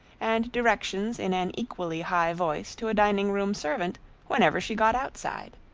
and directions in an equally high voice to a dining-room servant whenever she got outside.